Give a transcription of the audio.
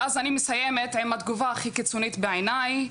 ואז אני מסיימת עם התגובה הכי קיצונית בעיניי,